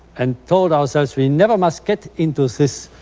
and told ourselves we never must get into this